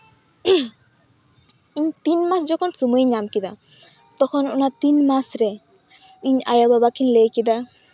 ᱤᱧ ᱛᱤᱱᱢᱟᱥ ᱡᱚᱠᱷᱚᱱ ᱥᱚᱢᱚᱭᱤᱧ ᱧᱟᱢᱠᱮᱫᱟ ᱛᱚᱠᱷᱚᱱ ᱚᱱᱟ ᱛᱤᱱ ᱢᱟᱥ ᱨᱮ ᱤᱧ ᱟᱭᱚ ᱵᱟᱵᱟ ᱠᱤᱱ ᱞᱟᱹᱭ ᱠᱮᱫᱟ